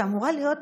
שאמורה להיות,